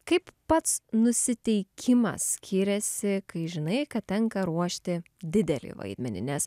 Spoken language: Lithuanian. kaip pats nusiteikimas skiriasi kai žinai kad tenka ruošti didelį vaidmenį nes